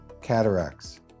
cataracts